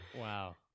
Wow